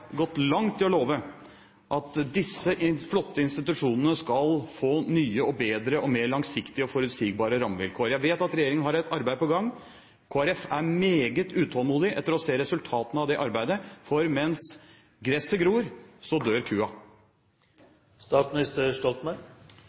gått langt i å love at disse flotte institusjonene skal få nye, bedre og mer langsiktige og forutsigbare rammevilkår. Jeg vet at regjeringen har et arbeid på gang. Kristelig Folkeparti er meget utålmodig etter å se resultatene av det arbeidet, for mens gresset gror, dør